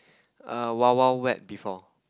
err Wild-Wild-Wet before